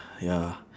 ya